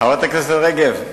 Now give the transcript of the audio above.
חברת הכנסת רגב,